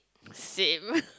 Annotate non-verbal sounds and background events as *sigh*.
same *laughs*